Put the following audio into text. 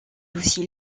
aussi